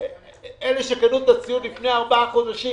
אלה שקנו את הציוד לפני ארבעה חודשים